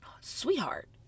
sweetheart